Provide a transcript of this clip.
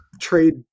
trade